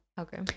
okay